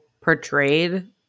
portrayed